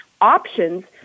options